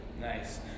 Nice